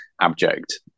abject